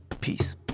Peace